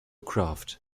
craft